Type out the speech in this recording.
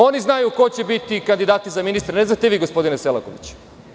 Oni znaju ko će biti kandidati za ministra, ne znate vi, gospodine Selakoviću.